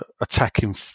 attacking